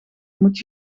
moet